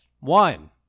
One